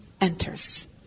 enters